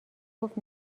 گفت